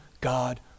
God